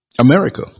America